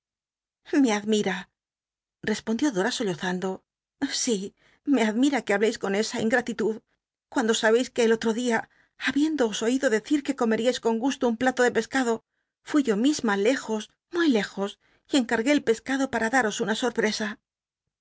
lie admira respondió dora sollozando sf me admira que hableis con esa ingratitud cuando sabeis que el otro dia habiéndoos oido decir que comeríais con gusto un plato de pescado fui yo misma le jos muy lejos y encargué el pescado para daros una sorpresa